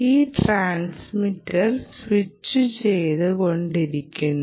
ഈ ട്രാൻസിസ്റ്റർ സ്വിച്ചുചെയ്തു കൊണ്ടിരിക്കുന്നു